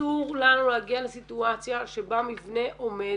אסור לנו להגיע לסיטואציה שבה מבנה עומד